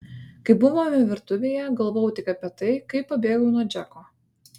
kai buvome virtuvėje galvojau tik apie tai kaip pabėgau nuo džeko